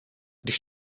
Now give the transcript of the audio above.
když